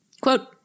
Quote